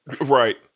Right